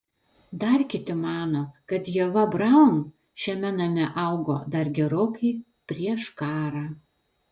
dar kiti mano kad ieva braun šiame name augo dar gerokai prieš karą